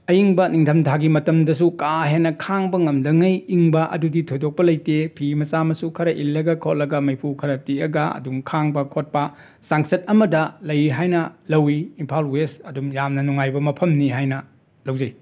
ꯑꯏꯪꯕ ꯅꯤꯡꯊꯝꯊꯥꯒꯤ ꯃꯇꯝꯗꯁꯨ ꯀꯥ ꯍꯦꯟꯅ ꯈꯥꯡꯕ ꯉꯝꯗꯈꯩ ꯏꯪꯕ ꯑꯗꯨꯗꯤ ꯊꯣꯏꯗꯣꯛꯄ ꯂꯩꯇꯦ ꯐꯤ ꯃꯆꯥ ꯃꯁꯨ ꯈꯔ ꯏꯜꯂꯒ ꯈꯣꯠꯂꯒ ꯃꯩꯐꯨ ꯈꯔ ꯇꯤꯛꯂꯒ ꯑꯗꯨꯝ ꯈꯥꯡꯕ ꯈꯣꯠꯄ ꯆꯥꯡꯆꯠ ꯑꯃꯗ ꯂꯩ ꯍꯥꯏꯅ ꯂꯧꯏ ꯏꯝꯐꯥꯜ ꯋꯦꯁ ꯑꯗꯨꯝ ꯌꯥꯝꯅ ꯅꯨꯡꯉꯥꯏꯕ ꯃꯐꯝꯅꯤ ꯍꯥꯏꯅ ꯂꯧꯖꯩ